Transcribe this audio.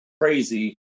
crazy